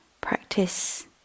practice